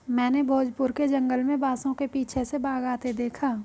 मैंने भोजपुर के जंगल में बांसों के पीछे से बाघ आते देखा